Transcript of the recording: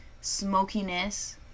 smokiness